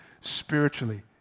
Spiritually